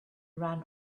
ran